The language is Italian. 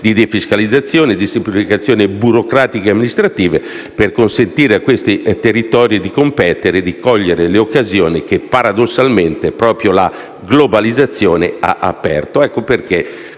di defiscalizzazione e di semplificazioni burocratiche e amministrative per consentire a questi territori di competere e di cogliere le occasioni che paradossalmente proprio la globalizzazione ha aperto. Per